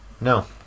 no